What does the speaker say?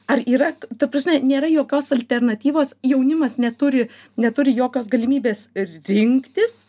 ar yra ta prasme nėra jokios alternatyvos jaunimas neturi neturi jokios galimybės rinktis